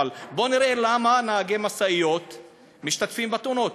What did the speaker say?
בואו נראה למה נהגי משאיות משתתפים בתאונות.